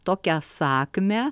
tokią sakmę